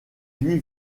huit